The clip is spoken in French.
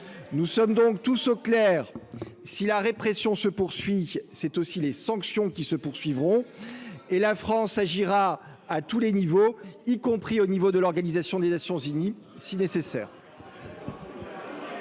nous sommes donc tout ce clair si la répression se poursuit, c'est aussi les sanctions qui se poursuivront et la France agira à tous les niveaux, y compris au niveau de l'Organisation des Nations unies si nécessaire.